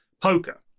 poker